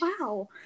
wow